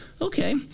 okay